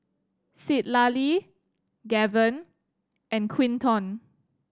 Citlali Gaven and Quinton